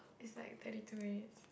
it's like thirty two minutes